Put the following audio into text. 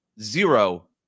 zero